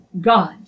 God